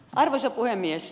arvoisa puhemies